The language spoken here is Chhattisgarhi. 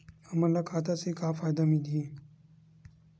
हमन ला खाता से का का फ़ायदा मिलही?